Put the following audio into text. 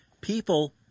People